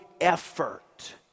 effort